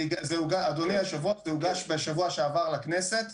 אדוני היושב-ראש, זה הוגש בשבוע שעבר לכנסת.